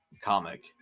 comic